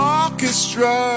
orchestra